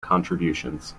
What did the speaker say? contributions